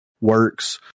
works